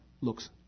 looks